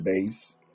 base